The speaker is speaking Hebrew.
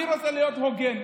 אני רוצה להיות הוגן,